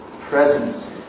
presence